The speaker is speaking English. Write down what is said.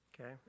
Okay